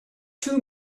two